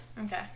Okay